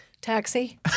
Taxi